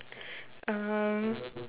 um